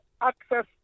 access